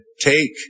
Take